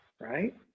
right